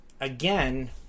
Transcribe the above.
again